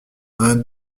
une